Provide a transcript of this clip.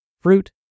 fruit